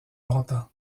longtemps